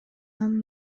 анын